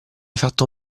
fatto